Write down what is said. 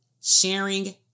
sharing